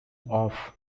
off